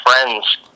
friends